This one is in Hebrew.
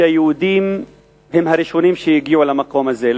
שהיהודים הם הראשונים שהגיעו למקום הזה,